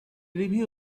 review